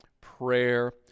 prayer